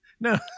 No